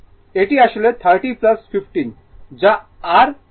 এটি আসলে 30 15 যা আর 45 o